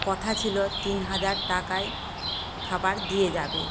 কথা ছিল তিন হাজার টাকায় খাবার দিয়ে যাবে